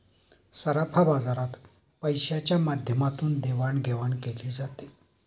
सराफा बाजारात पैशाच्या माध्यमातून देवाणघेवाण केली जाते